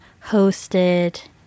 hosted